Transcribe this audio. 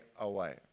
away